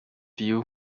view